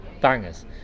bangers